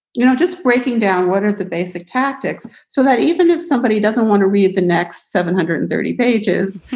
you know, just breaking down. what are the basic tactics? so that even if somebody doesn't want to read the next seven hundred and thirty pages,